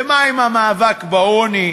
ומה עם המאבק בעוני,